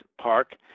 park